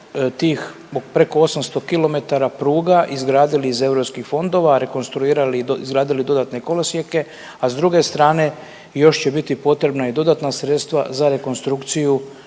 tih preko 800 kilometara pruga izgradili iz europskih fondova, rekonstruirali i izgradili dodatne kolosijeke, a s druge strane još će biti potrebna i dodatna sredstva za rekonstrukciju